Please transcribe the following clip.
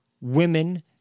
women